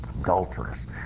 adulterers